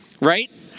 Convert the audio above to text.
Right